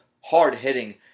hard-hitting